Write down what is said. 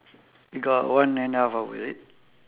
got one and a half hour is it